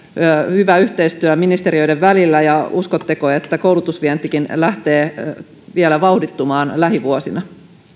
hyvä yhteistyö ministeriöiden välillä ja uskotteko että koulutusvientikin lähtee vielä vauhdittumaan lähivuosina